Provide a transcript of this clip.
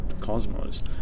cosmos